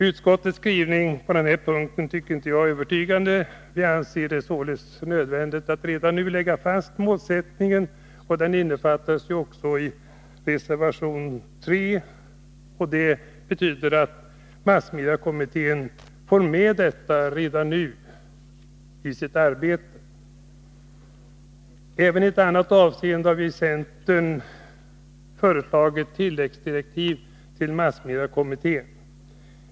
Utskottets skrivning på denna punkt är inte övertygande. Vi anser det nödvändigt att redan nu lägga fast den målsättning som innefattas i reservation 3, dvs. att massmediekommittén redan nu får med detta i sitt arbete. Även i ett annat avseende har centern föreslagit tilläggsdirektiv till massmediekommittén.